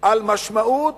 על משמעות